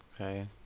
Okay